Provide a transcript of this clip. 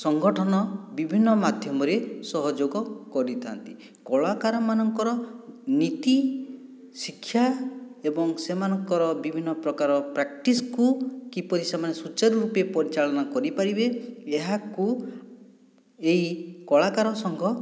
ସଂଗଠନ ବିଭିନ୍ନ ମାଧ୍ୟମରେ ସହଯୋଗ କରିଥା'ନ୍ତି କଳାକାରମାନଙ୍କର ନୀତି ଶିକ୍ଷା ଏବଂ ସେମାନଙ୍କର ବିଭିନ୍ନ ପ୍ରକାର ପ୍ର୍ୟାକ୍ଟିସକୁ କିପରି ସେମାନେ ସୂଚାରୁ ରୂପେ ପରିଚାଳନା କରିପାରିବେ ଏହାକୁ ଏଇ କଳାକାର ସଂଘ